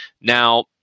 Now